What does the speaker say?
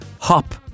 hop